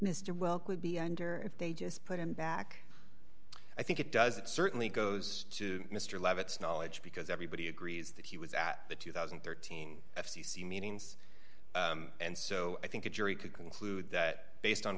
mr welk would be under if they just put him back i think it does it certainly goes to mr leavitt's knowledge because everybody agrees that he was at the two thousand and thirteen f c c meetings and so i think a jury could conclude that based on